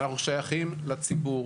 אנחנו שייכים לציבור.